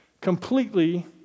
completely